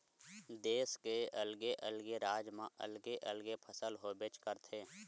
देस के अलगे अलगे राज म अलगे अलगे फसल होबेच करथे